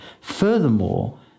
Furthermore